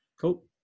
Cool